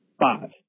Five